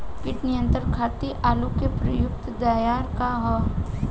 कीट नियंत्रण खातिर आलू में प्रयुक्त दियार का ह?